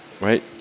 right